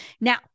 Now